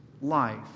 life